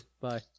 Bye